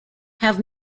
have